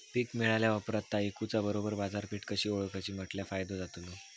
पीक मिळाल्या ऑप्रात ता इकुच्या बरोबर बाजारपेठ कशी ओळखाची म्हटल्या फायदो जातलो?